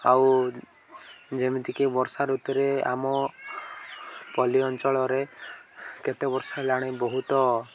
ଆଉ ଯେମିତିକି ବର୍ଷା ଋତୁରେ ଆମ ପଲ୍ଲୀ ଅଞ୍ଚଳରେ କେତେ ବର୍ଷ ହେଲାଣି ବହୁତ